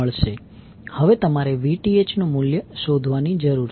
હવે તમારે Vth નું મૂલ્ય શોધવાની જરૂર છે